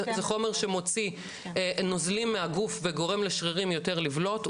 זה חומר שמוציא נוזלים מהגוף וגורם לשרירים יותר לבלוט.